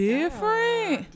Different